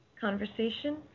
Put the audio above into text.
conversation